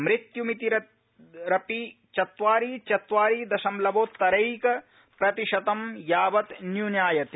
मृत्युमितिरपि चत्वारि चत्वारि दशमलवो तैरक प्रतिशतं यावत् न्यूनायते